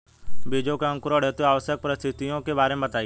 बीजों के अंकुरण हेतु आवश्यक परिस्थितियों के बारे में बताइए